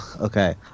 okay